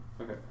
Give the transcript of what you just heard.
Okay